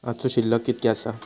आजचो शिल्लक कीतक्या आसा?